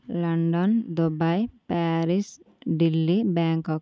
London Dubai Paris Delhi Bangkok